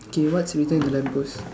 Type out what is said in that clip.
K what's written in lamp post